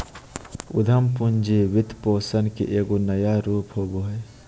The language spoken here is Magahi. उद्यम पूंजी वित्तपोषण के एगो नया रूप होबा हइ